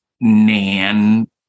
Nan